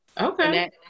Okay